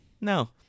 No